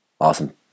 Awesome